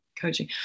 coaching